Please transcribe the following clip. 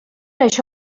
això